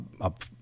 up